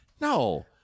No